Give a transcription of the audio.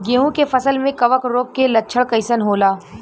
गेहूं के फसल में कवक रोग के लक्षण कइसन होला?